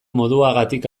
moduagatik